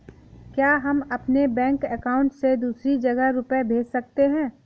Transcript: क्या हम अपने बैंक अकाउंट से दूसरी जगह रुपये भेज सकते हैं?